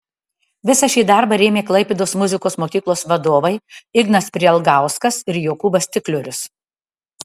visą šį darbą rėmė klaipėdos muzikos mokyklos vadovai ignas prielgauskas ir jokūbas stikliorius